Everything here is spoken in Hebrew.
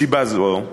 מסיבה זו,